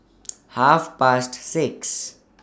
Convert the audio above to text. Half Past six